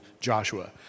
Joshua